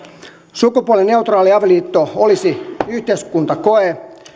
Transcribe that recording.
sukupuolineutraali avioliitto olisi yhteiskuntakoe